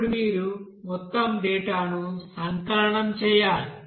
అప్పుడు మీరు మొత్తం డేటాను సంకలనం చేయాలి